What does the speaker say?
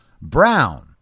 brown